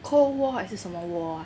cold war 还是什么 war ah